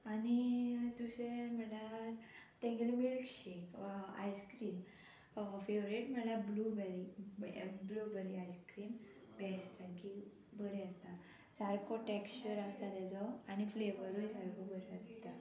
आनी दुसरें म्हळ्यार तेंगेले मिल्क शेक वा आयस्क्रीम फेवरेट म्हळ्यार ब्लूबॅरी ब्लूबॅरी आयस्क्रीम बेस्ट सारकी बरी आसता सारको टॅक्शर आसता तेजो आनी फ्लेवरूय सारको बरो आसता